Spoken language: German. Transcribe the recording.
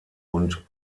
und